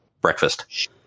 breakfast